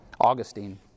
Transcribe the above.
Augustine